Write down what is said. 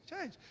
change